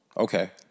Okay